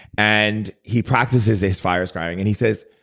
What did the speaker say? and he practices his fire scrying, and he says,